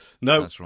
no